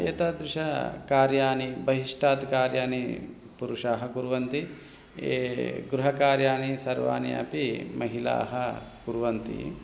एतादृशकार्याणि बहिष्टात् कार्याणि पुरुषाः कुर्वन्ति ये गृहकार्याणि सर्वाणि अपि महिलाः कुर्वन्ति